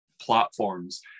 platforms